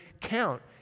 count